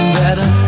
better